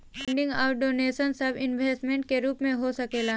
funding अउर donation सब investment के रूप में हो सकेला